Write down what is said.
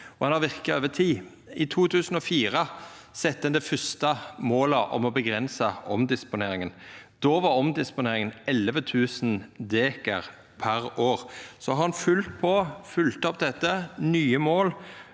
han har verka over tid. I 2004 sette ein det fyrste målet om å avgrensa omdisponeringa. Då var omdisponeringa 11 000 dekar per år. Så har ein følgt opp dette med nye mål.